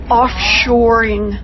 offshoring